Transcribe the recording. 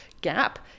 gap